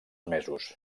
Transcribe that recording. mesos